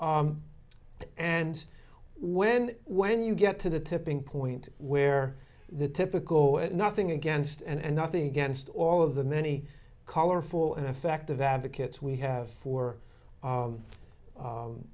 and when when you get to the tipping point where the typical nothing against and nothing against all of the many colorful and effective advocates we have for